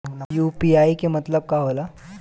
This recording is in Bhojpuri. यू.पी.आई के मतलब का होला?